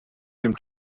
dem